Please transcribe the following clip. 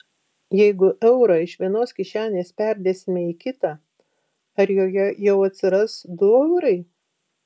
jeigu eurą iš vienos kišenės perdėsime į kitą ar joje jau atsiras du eurai